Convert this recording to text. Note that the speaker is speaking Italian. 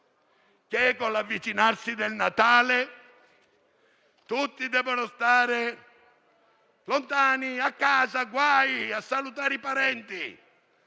che, con l'avvicinarsi del Natale, tutti devono stare lontani, a casa, guai a salutare i parenti.